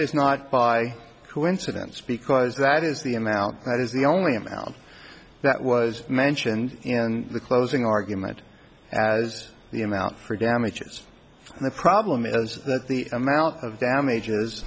is not by coincidence because that is the amount that is the only amount that was mentioned in the closing argument as the amount for damages and the problem is that the amount of